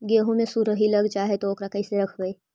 गेहू मे सुरही लग जाय है ओकरा कैसे रखबइ?